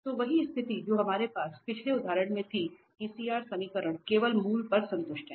तो वही स्थिति जो हमारे पास पिछले उदाहरण में थी कि CR समीकरण केवल मूल पर संतुष्ट हैं